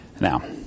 Now